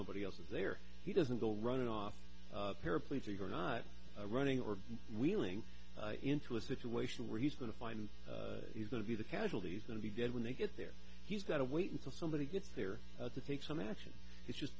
nobody else is there he doesn't go running off paraplegic or not running or wheeling into a situation where he's going to find he's going to be the casualties and be dead when they get there he's got to wait until somebody gets there to take some action is just